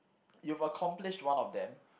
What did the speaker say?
you've accomplished one of them